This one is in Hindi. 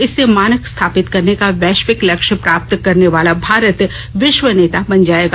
इससे मानक स्थापित करने का वैश्विक लक्ष्य प्राप्त करने वाला भारत विश्व नेता बन जाएगा